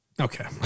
Okay